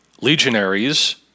legionaries